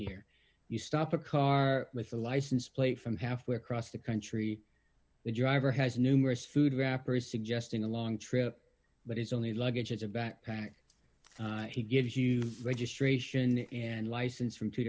here you stop a car with a license plate from halfway across the country the driver has numerous food wrappers suggesting a long trip but it's only luggage it's a backpack he gives you registration and license from two